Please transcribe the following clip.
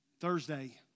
Thursday